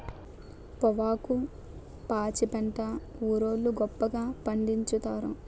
పొవ్వాకు పాచిపెంట ఊరోళ్లు గొప్పగా పండిచ్చుతారు